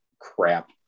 crap